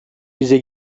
bize